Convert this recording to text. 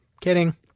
Kidding